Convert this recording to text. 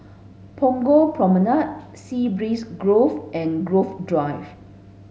Punggol Promenade Sea Breeze Grove and Grove Drive